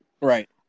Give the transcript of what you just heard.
right